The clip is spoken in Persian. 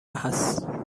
هست